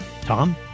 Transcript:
Tom